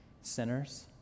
sinners